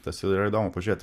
tas ir yra įdomu pažėt